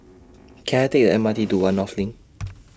Can I Take The M R T to one North LINK